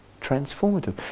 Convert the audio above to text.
transformative